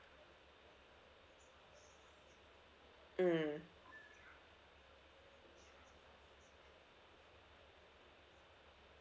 mm